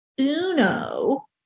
Uno